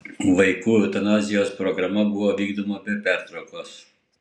vaikų eutanazijos programa buvo vykdoma be pertraukos